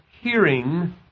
hearing